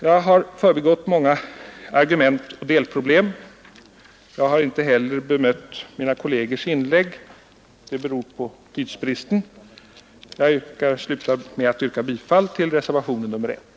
Jag har förbigått många argument och delproblem. Jag har inte heller bemött mina kollegers inlägg. Det beror på tidsbristen. Jag slutar mitt anförande med att yrka bifall till reservationen 1.